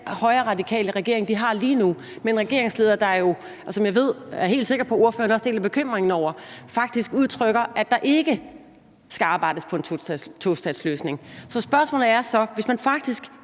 højreradikale regering, de har lige nu, med en regeringsleder, der jo – hvilket jeg er helt sikker på ordføreren også deler bekymringen over – faktisk udtrykker, at der ikke skal arbejdes på en tostatsløsning. Spørgsmålet er så: Hvis man faktisk